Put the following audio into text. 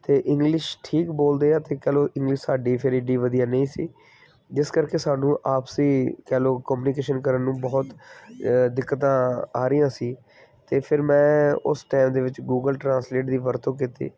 ਅਤੇ ਇੰਗਲਿਸ਼ ਠੀਕ ਬੋਲਦੇ ਆ ਅਤੇ ਕਹਿ ਲਓ ਇੰਗਲਿਸ਼ ਸਾਡੀ ਫਿਰ ਇੱਡੀ ਵਧੀਆ ਨਹੀਂ ਸੀ ਜਿਸ ਕਰਕੇ ਸਾਨੂੰ ਆਪਸੀ ਕਹਿ ਲਓ ਕਮਿਊਨੀਕੇਸ਼ਨ ਕਰਨ ਨੂੰ ਬਹੁਤ ਦਿੱਕਤਾਂ ਆ ਰਹੀਆਂ ਸੀ ਅਤੇ ਫਿਰ ਮੈਂ ਉਸ ਟਾਈਮ ਦੇ ਵਿੱਚ ਗੂਗਲ ਟਰਾਂਸਲੇਟ ਦੀ ਵਰਤੋਂ ਕੀਤੀ